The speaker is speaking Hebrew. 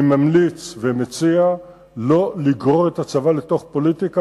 אני ממליץ ומציע שלא לגרור את הצבא לפוליטיקה.